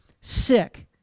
sick